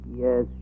Yes